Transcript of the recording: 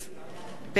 יריב לוין,